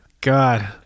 god